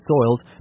soils